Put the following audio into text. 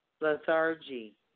lethargy